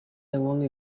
only